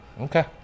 Okay